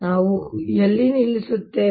ನಾವು ಎಲ್ಲಿ ನಿಲ್ಲಿಸುತ್ತೇವೆ